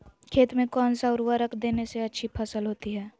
खेत में कौन सा उर्वरक देने से अच्छी फसल होती है?